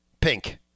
pink